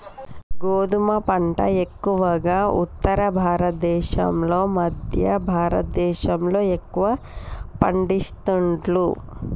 గోధుమ పంట ఎక్కువగా ఉత్తర భారత దేశం లో మధ్య భారత దేశం లో ఎక్కువ పండిస్తాండ్లు